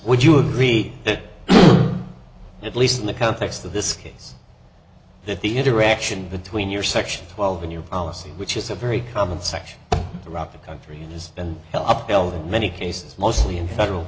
would you agree that at least in the context of this case that the interaction between your section twelve and your policy which is a very common section throughout the country and has been held up well in many cases mostly in federal